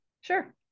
Sure